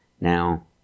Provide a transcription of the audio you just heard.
Now